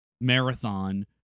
marathon